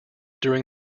during